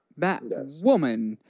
Batwoman